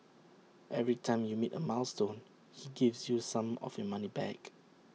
every time you meet A milestone he gives you some of your money back